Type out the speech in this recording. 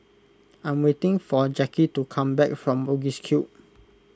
I am waiting for Jackie to come back from Bugis Cube